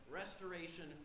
restoration